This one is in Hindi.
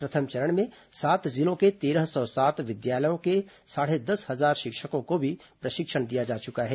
प्रथम चरण में सात जिलों के तेरह सौ सात विद्यालयों के साढ़े दस हजार शिक्षकों को भी प्रशिक्षण दिया जा चुका है